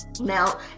Now